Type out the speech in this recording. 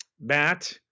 matt